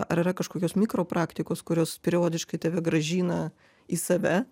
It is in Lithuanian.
ar yra kažkokios mikro praktikos kurios periodiškai tave grąžina į save